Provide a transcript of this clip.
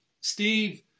Steve